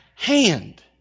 hand